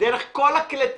דרך כל כלי הפרסום,